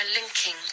linking